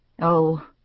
Oh